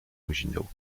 originaux